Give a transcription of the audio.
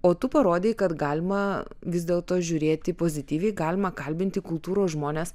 o tu parodei kad galima vis dėlto žiūrėti pozityviai galima kalbinti kultūros žmones